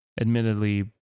admittedly